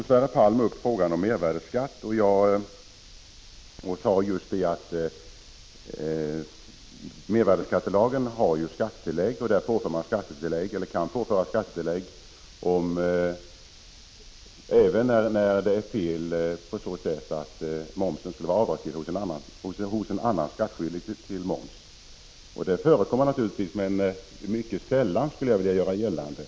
Sverre Palm tog upp frågan om mervärdesskatt och sade att man kan påföra skattetillägg även när fel uppstått på så vis att momsen skulle vara avdragsgill hos annan som är skyldig att betala moms. Det förekommer naturligtvis, men mycket sällan, skulle jag vilja göra gällande.